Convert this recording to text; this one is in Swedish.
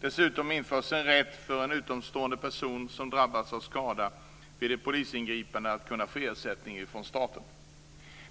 Dessutom införs en rätt för en utomstående person som drabbats av skada vid ett polisingripande att kunna få ersättning från staten.